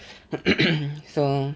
so